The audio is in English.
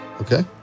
Okay